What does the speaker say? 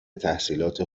تحصیلات